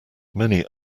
many